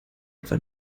etwa